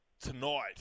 tonight